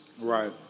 Right